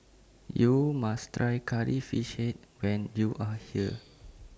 YOU must Try Curry Fish Head when YOU Are here